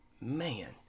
man